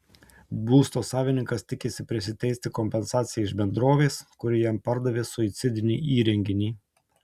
būsto savininkas tikisi prisiteisti kompensaciją iš bendrovės kuri jam pardavė suicidinį įrenginį